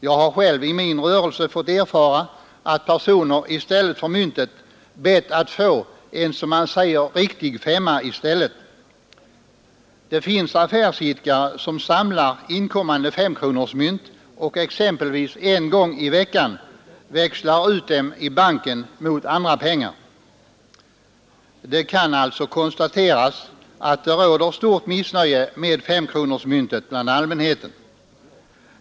Jag har själv i min rörelse fått erfara att personer i stället för myntet bett att få, som man säger, en riktig femma. Det finns affärsidkare som samlar inkommande femkronemynt och exempelvis en gång i veckan växlar in dem i banken mot andra pengar. Det kan alltså konstateras att det råder stort missnöje med femkronemyntet bland allmänheten.